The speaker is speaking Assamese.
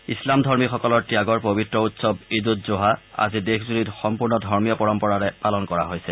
ইছলাম ধৰ্মীসকলৰ ত্যাগৰ পবিত্ৰ উৎসৱ ঈদ উজ জোহা আজি দেশজুৰি সম্পূৰ্ণ ধৰ্মীয় পৰম্পৰাৰে পালন কৰা হৈছে